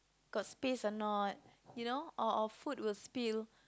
got space or not you know or or food will spill